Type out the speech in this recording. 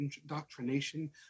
indoctrination